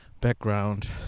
background